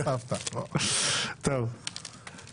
כמו למשל הצעה דחופה לסדר,